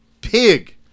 Pig